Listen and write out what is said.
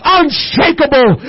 unshakable